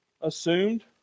assumed